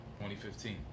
2015